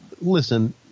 Listen